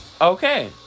Okay